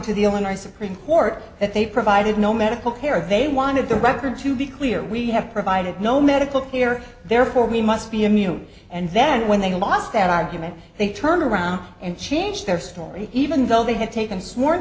illinois supreme court that they provided no medical care they wanted the record to be clear we have provided no medical here therefore we must be immune and then when they lost that argument they turn around and change their story even though they had taken sworn